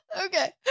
Okay